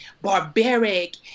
barbaric